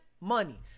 money